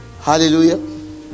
hallelujah